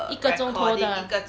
一个钟头的